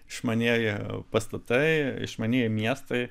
išmanieji pastatai išmanieji miestai